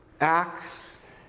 Acts